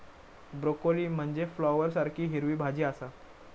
broccoli म्हनजे फ्लॉवरसारखी हिरवी भाजी आसा